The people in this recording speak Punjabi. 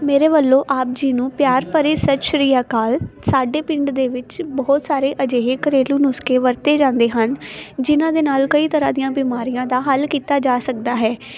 ਮੇਰੇ ਵਲੋਂ ਆਪ ਜੀ ਨੂੰ ਪਿਆਰ ਭਰੀ ਸਤਿ ਸ਼੍ਰੀ ਅਕਾਲ ਸਾਡੇ ਪਿੰਡ ਦੇ ਵਿੱਚ ਬਹੁਤ ਸਾਰੇ ਅਜਿਹੇ ਘਰੇਲੂ ਨੁਸਕੇ ਵਰਤੇ ਜਾਂਦੇ ਹਨ ਜਿਨ੍ਹਾਂ ਦੇ ਨਾਲ ਕਈ ਤਰ੍ਹਾਂ ਦੀਆਂ ਬਿਮਾਰੀਆਂ ਦਾ ਹੱਲ ਕੀਤਾ ਜਾ ਸਕਦਾ ਹੈ